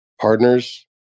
partners